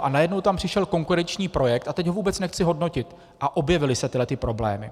A najednou tam přišel konkurenční projekt, a teď ho vůbec nechci hodnotit, a objevily se tyhle problémy.